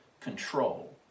control